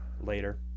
later